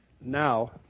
Now